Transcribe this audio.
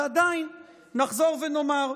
ועדיין נחזור ונאמר: